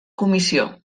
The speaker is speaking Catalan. comissió